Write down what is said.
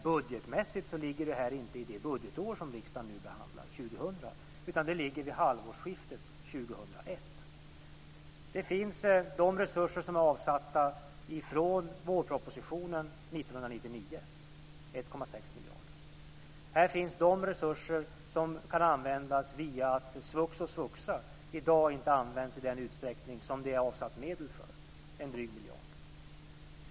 Budgetmässigt ligger detta inte i det budgetår som riksdagen nu behandlar, år 2000, utan det ligger vid halvårsskiftet år 2001. Det finns de resurser som nu är avsatta från vårpropositionen 1999 - 1,6 miljarder. Det finns de resurser som kan användas på grund av att svux och svuxa i dag inte används i den utsträckning som det är avsatt medel för - drygt 1 miljard.